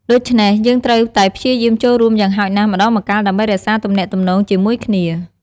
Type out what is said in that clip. ដូច្នេះ យើងត្រូវតែព្យាយាមចូលរួមយ៉ាងហោចណាស់ម្តងម្កាលដើម្បីរក្សាទំនាក់ទំនងជាមួយគ្នា។